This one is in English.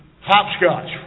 Hopscotch